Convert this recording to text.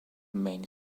maine